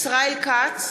ישראל כץ,